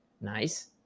Nice